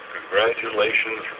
Congratulations